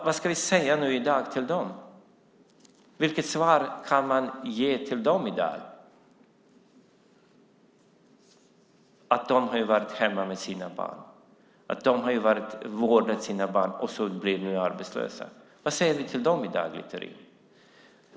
Vad ska vi säga i dag till dem som har varit hemma med och vårdat sina barn och som nu blir arbetslösa, Littorin?